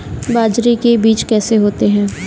बाजरे के बीज कैसे होते हैं?